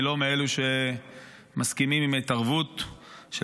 אני לא מאלה שמסכימים עם ההתערבות של